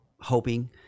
hoping